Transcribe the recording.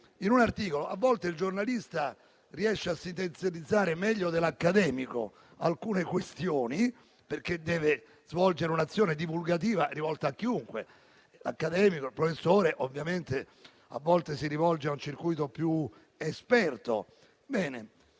con un articolo. A volte il giornalista riesce a sintetizzare meglio dell'accademico alcune questioni, perché deve svolgere un'azione divulgativa rivolta a chiunque, mentre l'accademico, il professore, ovviamente, a volte si rivolge a un circuito più esperto.